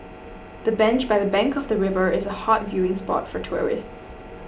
the bench by the bank of the river is a hot viewing spot for tourists